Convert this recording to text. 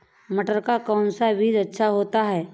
मटर का कौन सा बीज अच्छा होता हैं?